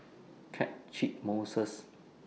Catchick Moses